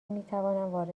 میتوانم